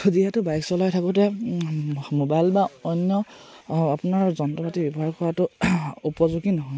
যিহেতু বাইক চলাই থাকোঁতে মোবাইল বা অন্য আপোনাৰ যন্ত্ৰ পাতি ব্যৱহাৰ কৰাটো উপযোগী নহয়